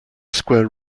square